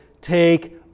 take